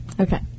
Okay